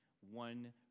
one